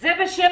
זה בשם